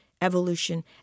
evolution